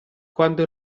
quando